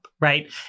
right